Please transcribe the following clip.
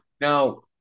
Now